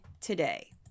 today